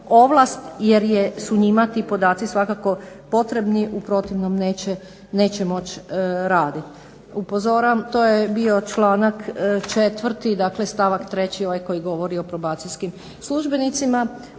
ovlast jer su njima ti podaci svakako potrebni. U protivnom neće moći raditi. Upozoravam, to je bio članak 4., dakle stavak 3. ovaj koji govori o probacijskim službenicima.